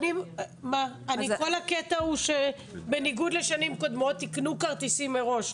הרי כל הקטע הוא שבניגוד לשנים ייקנו כרטיסים מראש,